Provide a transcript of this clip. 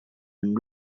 and